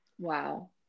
Wow